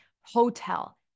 hotel